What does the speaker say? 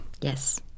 Yes